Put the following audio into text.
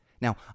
Now